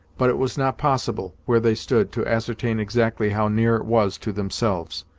but it was not possible, where they stood, to ascertain exactly how near it was to themselves.